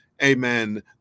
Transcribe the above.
Amen